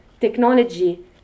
technology